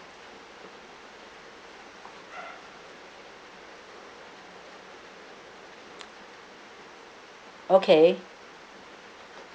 okay